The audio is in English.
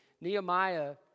Nehemiah